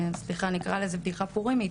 כן וסליחה מראש שאני אקרא לזה בדיחה פורימית,